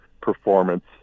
performance